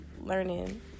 learning